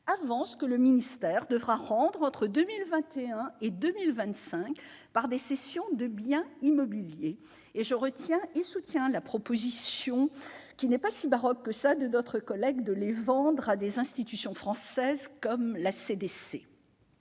avances que le ministère devra rendre entre 2021 et 2025 par des cessions de biens immobiliers. Je soutiens donc la proposition, qui n'est pas si baroque que cela, de notre collègue Robert del Picchia de les vendre à des institutions françaises, comme la